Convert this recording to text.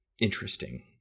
interesting